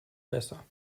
besser